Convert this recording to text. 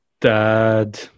Dad